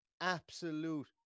Absolute